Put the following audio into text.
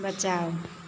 बचाओ